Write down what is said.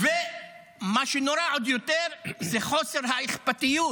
ומה שנורא עוד יותר זה חוסר האכפתיות